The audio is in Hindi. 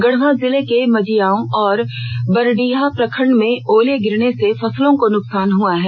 गढ़वा जिले के मझिआंव और बरडीहा प्रखंड में ओले गिरने से फसलों को नुकसान हुआ है